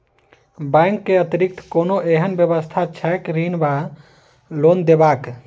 Bank केँ अतिरिक्त कोनो एहन व्यवस्था छैक ऋण वा लोनदेवाक?